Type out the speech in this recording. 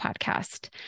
podcast